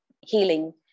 healing